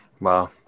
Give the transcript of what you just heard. Wow